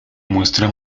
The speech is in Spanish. muestra